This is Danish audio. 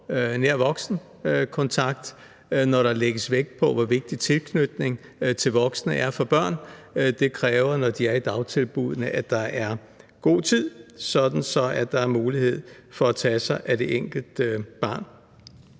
nær voksenkontakt, når der lægges vægt på, hvor vigtig tilknytning til voksne er for børn. Det kræver, når de er i dagtilbuddene, at der er god tid, sådan at der er mulighed for at tage sig af det enkelte barn.